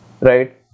right